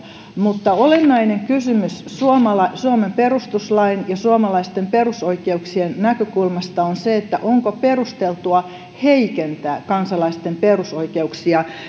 mutta olennainen kysymys suomen perustuslain ja suomalaisten perusoikeuksien näkökulmasta on se onko perusteltua heikentää kansalaisten perusoikeuksia